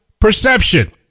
perception